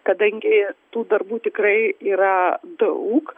kadangi tų darbų tikrai yra daug